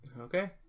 Okay